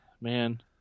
man